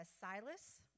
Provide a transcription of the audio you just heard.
Silas